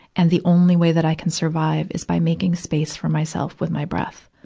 and the only way that i can survive is by making space for myself with my breath.